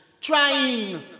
trying